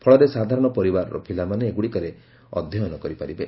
ଫଳରେ ସାଧାରଣ ପରିବାରର ପିଲାମାନେ ଏଗୁଡ଼ିକରେ ଅଧ୍ୟୟନ କରିପାରିବେ